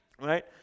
right